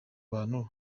bantu